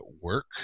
work